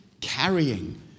carrying